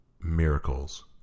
miracles